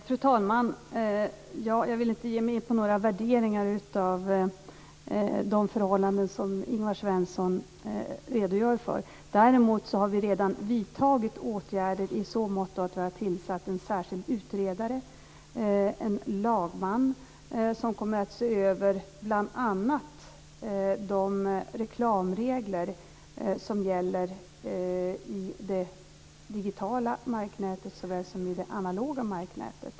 Fru talman! Jag vill inte ge mig in på några värderingar av de förhållanden som Ingvar Svensson redogör för. Däremot har vi redan vidtagit åtgärder i så motto att vi har tillsatt en särskild utredare, en lagman, som kommer att se över bl.a. de reklamregler som gäller i det digitala marknätet såväl som i det analoga marknätet.